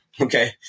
Okay